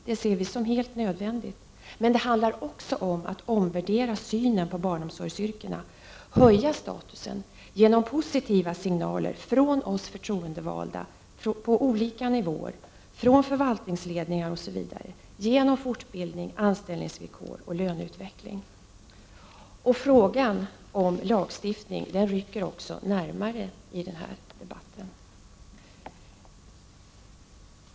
Det ser vi som helt nödvändigt. För det andra måste synen på barnomsorgsyrkena omvärderas och statusen höjas genom positiva signaler från oss förtroendevalda på olika nivåer, från förvaltningsledningar osv., genom fortbildning, bättre anställningsvillkor och löneutveckling. Frågan om lagstiftning rycker också närmare i den här debatten.